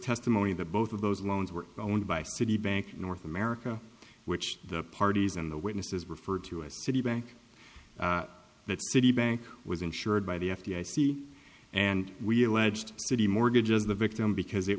testimony that both of those loans were owned by citibank north america which the parties and the witnesses referred to as citibank that citibank was insured by the f b i see and we alleged city mortgages the victim because it